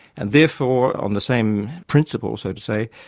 and therefore on the same principle, so to say,